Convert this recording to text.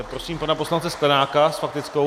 Prosím pana poslance Sklenáka s faktickou.